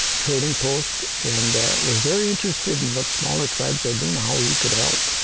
trading post. and was very interested in what smaller tribes are doing, how we could help.